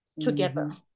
together